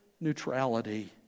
neutrality